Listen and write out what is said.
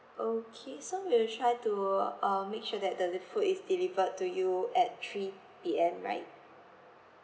okay so we will try to uh make sure that the li~ food is delivered to you at three P_M right